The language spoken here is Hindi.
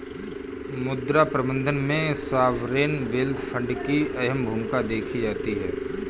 मुद्रा प्रबन्धन में सॉवरेन वेल्थ फंड की अहम भूमिका देखी जाती है